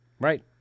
Right